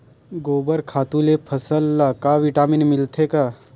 गोबर खातु ले फसल ल का विटामिन मिलथे का?